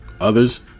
Others